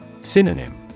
Synonym